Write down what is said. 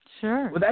Sure